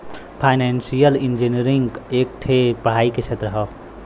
financial engineering एक ठे पढ़ाई के क्षेत्र हौ